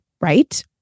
right